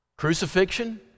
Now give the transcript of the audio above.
crucifixion